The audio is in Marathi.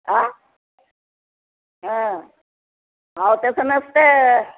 आं हां अहो तसं नसतं